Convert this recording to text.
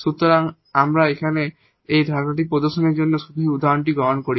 সুতরাং সুতরাং এখানে আমরা এই ধারণাটি প্রদর্শনের জন্য শুধু এই উদাহরণটি গ্রহণ করি